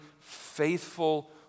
faithful